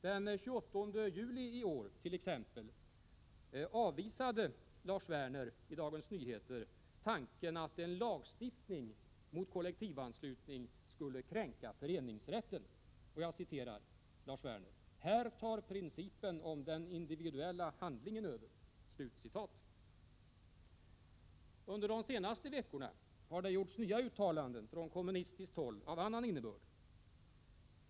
Den 28 juli i år avvisade Lars Werner i Dagens Nyheter tanken att en lagstiftning mot kollektivanslutning skulle kränka föreningsrätten. Han sade: ”Här tar principen om den individuella handlingen över.” Under de senaste veckorna har det gjorts nya uttalanden från kommunistiskt håll av annan innebörd.